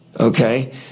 Okay